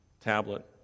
tablet